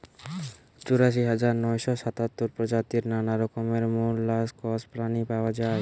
চুরাশি হাজার নয়শ সাতাত্তর প্রজাতির নানা রকমের মোল্লাসকস প্রাণী পাওয়া যায়